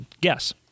Guess